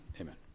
Amen